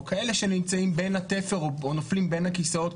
או כאלה שנמצאים בין התפר או נופלים בין הכיסאות,